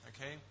Okay